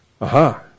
Aha